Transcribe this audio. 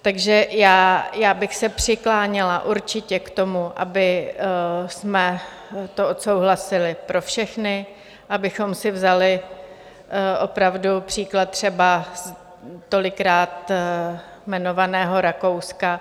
Takže já bych se přikláněla určitě k tomu, abychom to odsouhlasili pro všechny, abychom si vzali opravdu příklad třeba tolikrát jmenovaného Rakouska.